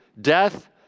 death